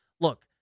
Look